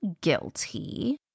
guilty